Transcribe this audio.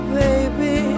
baby